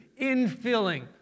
infilling